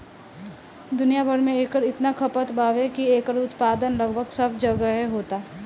दुनिया भर में एकर इतना खपत बावे की एकर उत्पादन लगभग सब जगहे होता